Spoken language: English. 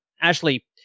Ashley